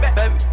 Baby